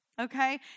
okay